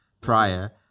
prior